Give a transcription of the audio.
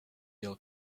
real